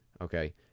okay